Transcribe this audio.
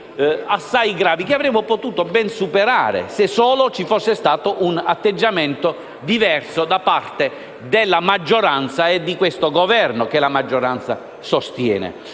assai gravi che avremmo potuto ben superare se solo ci fosse stato un atteggiamento diverso da parte della maggioranza e di questo Governo che la maggioranza sostiene.